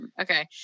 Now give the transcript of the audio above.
okay